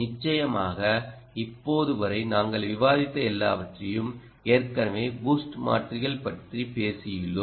நிச்சயமாக இப்போது வரை நாங்கள் விவாதித்த எல்லாவற்றையும் ஏற்கனவே பூஸ்ட் மாற்றிகள் பற்றி பேசியுள்ளோம்